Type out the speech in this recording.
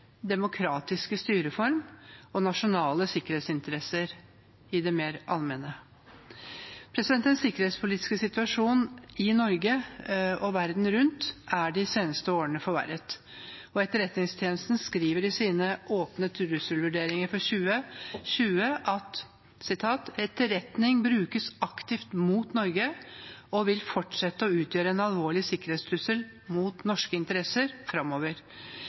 demokratiske styreform og nasjonale sikkerhetsinteresser i det mer allmenne. Den sikkerhetspolitiske situasjonen i Norge og verden rundt er de seneste årene forverret, og Etterretningstjenesten skriver i sine åpne trusselvurderinger for 2020: «Etterretning brukes aktivt mot Norge og vil fortsette å utgjøre en alvorlig sikkerhetstrussel mot norske interesser framover.